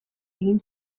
egin